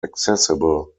accessible